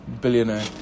billionaire